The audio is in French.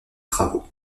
travaux